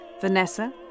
Vanessa